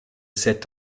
sept